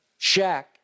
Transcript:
Shaq